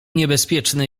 niebezpieczny